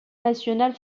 nationale